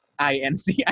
INC